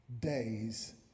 Days